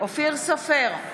אופיר סופר,